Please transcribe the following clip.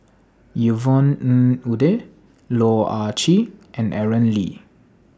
Yvonne Ng Uhde Loh Ah Chee and Aaron Lee